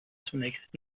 zunächst